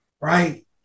right